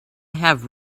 have